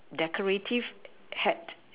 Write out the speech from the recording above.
decorative hat